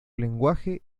lenguaje